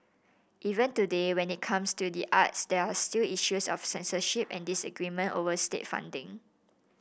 even today when it comes to the arts there are still issues of censorship and disagreement over state funding